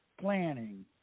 planning